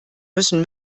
müssen